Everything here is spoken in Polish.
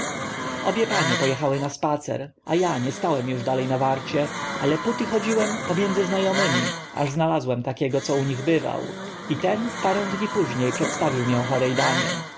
obie panie po echały na spacer a a nie stałem uż dale na warcie ale póty chodziłem pomiędzy zna omymi aż znalazłem takiego co u nich bywał i ten w parę dni późnie przedstawił mię chore damie